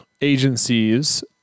agencies